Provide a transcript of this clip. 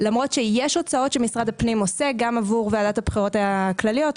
למרות שיש הוצאות שמשרד הפנים עושה גם עבור ועדת הבחירות הכלליות,